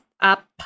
up